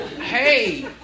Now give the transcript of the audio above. hey